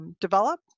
Develop